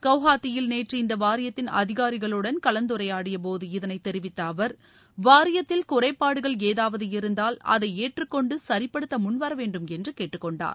குவ்ஹாத்தியில் நேற்று இந்த வாரியத்தின் அதிகாரிகளுடன் கலந்துரையாடியபோது இதனை தெரிவித்த அவா் வாரியத்தில் குறைபாடுகள் ஏதாவது இருந்தால் அதை ஏற்றுக்கொண்டு சிபடுத்த முன்வரவேண்டும் என்று கேட்டுக்கொண்டார்